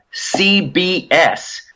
CBS